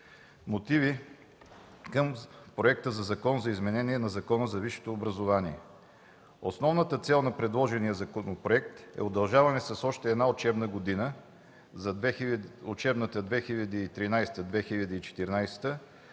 „МОТИВИ към проекта на Закон за изменение на Закона за висшето образование Основната цел на предложения законопроект е удължаване с още една учебна година – учебната 2013/2014,